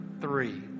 three